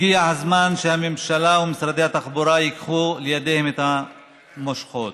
הגיע הזמן שהממשלה ומשרד התחבורה ייקחו לידיהם את המושכות